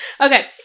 Okay